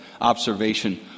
observation